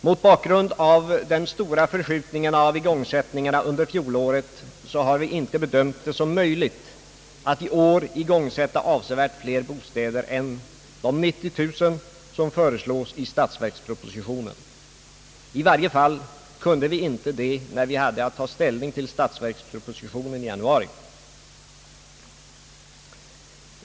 Mot bakgrund av den stora förskjutningen av igångsättningarna under fjolåret har vi inte bedömt det som möjligt att i år igångsätta avsevärt fler bostäder än de 90000 som föreslås i statsverkspropositionen. I varje fall kunde vi inte det när vi hade att ta ställning till statsverkspropositionen i januari.